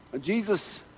Jesus